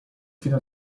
fino